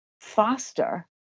faster